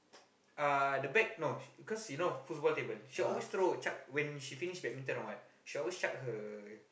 uh the back no cause you know foosball table she always throw chuck when she finish badminton or what she always chuck her